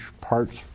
parts